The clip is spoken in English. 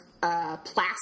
plastic